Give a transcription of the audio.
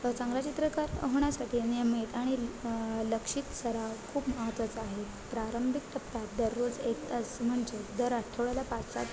व चांगला चित्रकार होण्यासाठी नियमित आणि लक्षित सराव खूप महत्त्वाचा आहे प्रारंभिक टप्प्यात दररोज एक तास म्हणजे दर आठवड्याला पाच सात